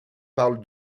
parle